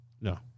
no